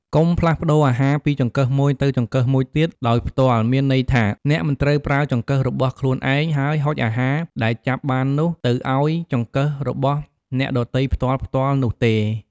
កុំផ្លាស់ប្តូរអាហារពីចង្កឹះមួយទៅចង្កឹះមួយទៀតដោយផ្ទាល់មានន័យថា អ្នកមិនត្រូវប្រើចង្កឹះរបស់ខ្លួនឯង ហើយហុចអាហារដែលចាប់បាននោះ ទៅឱ្យចង្កឹះរបស់អ្នកដទៃផ្ទាល់ៗនោះទេ។